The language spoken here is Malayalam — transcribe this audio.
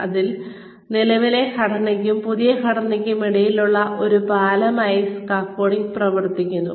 അതിനാൽ നിലവിലെ ഘടനയ്ക്കും പുതിയ ഘടനയ്ക്കും ഇടയിലുള്ള ഒരു പാലമായി സ്കാഫോൾഡിംഗ് പ്രവർത്തിക്കുന്നു